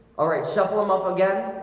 all right, shuffle them up again.